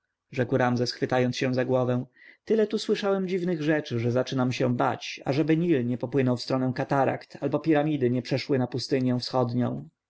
rzekł ramzes chwytając się za głowę tyle tu słyszałem dziwnych rzeczy że zaczynam się bać ażeby nil nie popłynął w stronę katarakt albo piramidy nie przeszły na pustynię wschodnią